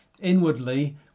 inwardly